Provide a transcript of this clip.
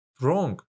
wrong